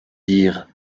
dire